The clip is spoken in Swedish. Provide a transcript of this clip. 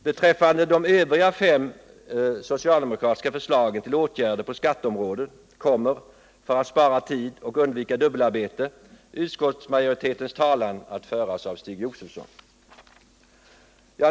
Beträffande de övriga fem socialdemokratiska förslagen till åtgärder på skatteområdet kommer, för att spara tid och undvika dubbelarbete, utskottsmajoritetens talan att föras av Stig Josefson.